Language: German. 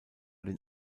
den